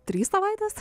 trys savaitės